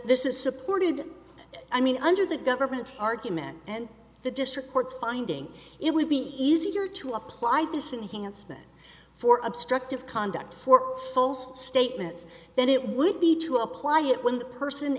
this is supported i mean under the government's argument and the district courts finding it would be easier to apply this enhanced it for obstructive conduct statements that it would be to apply it when the person